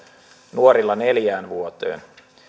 nuorilla neljään vuoteen